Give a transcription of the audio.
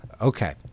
Okay